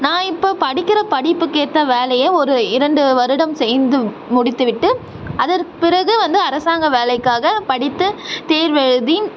நான் இப்போ படிக்கிற படிப்புக்கு ஏற்ற வேலையை ஒரு இரண்டு வருடம் செய்து முடித்து விட்டு அதற்கு பிறகு வந்து அரசாங்க வேலைக்காக படித்து தேர்வு எழுதி